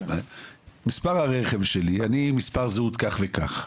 מספר הרכב שלי, אני מספר זהות כך וכך,